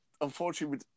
unfortunately